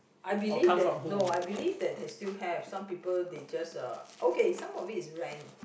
I believe that no I believe that there still have some people they just uh okay some of it is rent